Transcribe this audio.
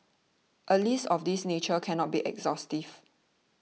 a list of this nature cannot be exhaustive